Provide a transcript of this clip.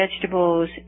vegetables